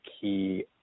key